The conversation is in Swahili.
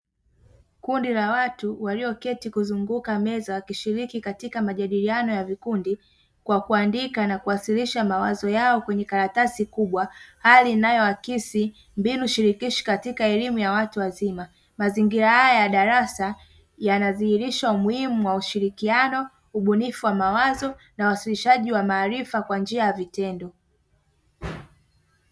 Kundi la watu walioketi kuzunguka meza kushiriki katika majadiliano ya vikundi kwa kuandika na kuwasilisha mawazo yao kwenye karatasi kubwa, hali inayoakisi mbinu shirikishi katika elimu ya watu wazima. Mazingira haya ya darasa yana dhihirisha umuhimu wa ushirikiano, ubunifu wa mawazo na uwasilishaji wa maarifa kwa njia ya vitendo.